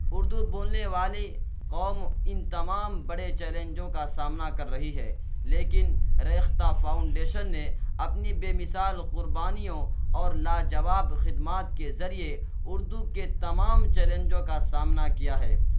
اردو بولنے والی قوم ان تمام بڑے چیلنجوں کا سامنا کر رہی ہے لیکن ریختہ فاؤنڈیشن نے اپنی بے مثال قربانیوں اور لاجواب خدمات کے ذریعے اردو کے تمام چیلنجوں کا سامنا کیا ہے